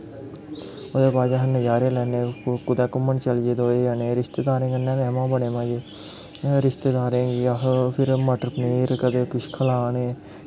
ओह्दै बाद अस नज़ारे लैन्ने कुदै घूमन चलिये दोऐ जने रिश्तेदारें कन्नै तां बड़े मज़े रिश्तेदारें गी अस मटर पनीर कदें कुछ खल्लाने